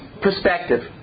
perspective